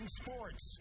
sports